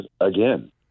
again